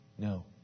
No